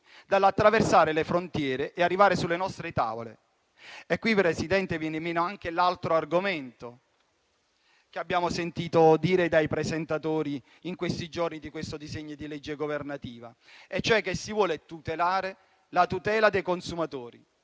dall'attraversare le frontiere e arrivare sulle nostre tavole. Qui, Presidente, viene meno anche l'altro argomento che abbiamo sentito avanzare dai presentatori in questi giorni su questo disegno di legge governativo, cioè che si vuole garantire la tutela dei consumatori,